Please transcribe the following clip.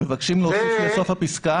מבקשים להוסיף לסוף הפסקה